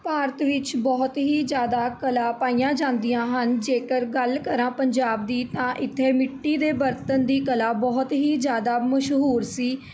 ਭਾਰਤ ਵਿੱਚ ਬਹੁਤ ਹੀ ਜ਼ਿਆਦਾ ਕਲਾ ਪਾਈਆਂ ਜਾਂਦੀਆਂ ਹਨ ਜੇਕਰ ਗੱਲ ਕਰਾਂ ਪੰਜਾਬ ਦੀ ਤਾਂ ਇੱਥੇ ਮਿੱਟੀ ਦੇ ਬਰਤਨ ਦੀ ਕਲਾ ਬਹੁਤ ਹੀ ਜ਼ਿਆਦਾ ਮਸ਼ਹੂਰ ਸੀ